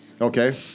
Okay